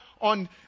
on